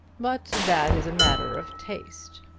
but that is a matter of taste.